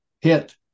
hit